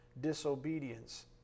disobedience